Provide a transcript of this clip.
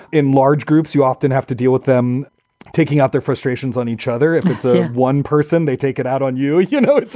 in large groups, you often have to deal with them taking out their frustrations on each other. if it's ah one person, they take it out on you. you know,